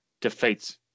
defeats